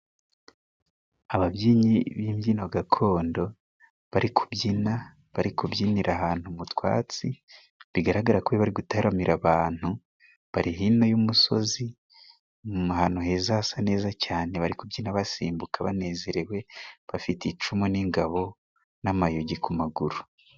Ababyinnyi b'imbyino gakondo bari kubyina, bari kubyinira ahantu mu twatsi bigaragara ko bari gutaramira abantu, bari hino y'umusozi ahantu heza hasa neza cyane, bari kubyina basimbuka banezerewe, bafite icumu n'ingabo n'amayugi ku maguru.